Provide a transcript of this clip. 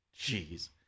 jeez